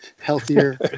Healthier